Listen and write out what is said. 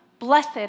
Blessed